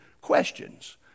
Questions